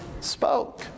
spoke